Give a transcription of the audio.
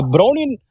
Brownian